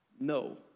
No